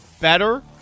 Better